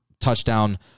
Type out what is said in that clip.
touchdown